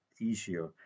easier